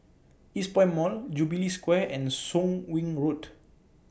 Eastpoint Mall Jubilee Square and Soon Wing Road